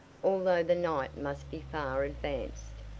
although the night must be far advanced,